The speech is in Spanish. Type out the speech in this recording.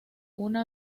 una